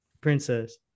princess